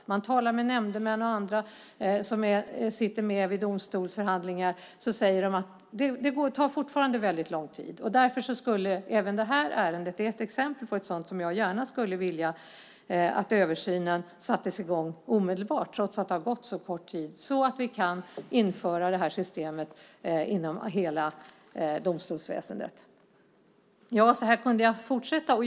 När man talar med nämndemän och andra som sitter med vid domstolsförhandlingar säger de att det fortfarande tar väldigt lång tid. Därför är även det här ärendet ett sådant där jag gärna skulle vilja att översynen sattes i gång omedelbart, trots att det har gått så kort tid, så att vi kan införa det här systemet inom hela domstolsväsendet. Ja, så här skulle jag kunna fortsätta.